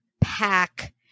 pack